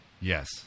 Yes